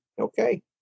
Okay